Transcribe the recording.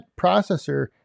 processor